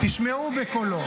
תשמעו בקולו.